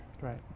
Right